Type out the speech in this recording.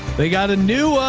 they got a new,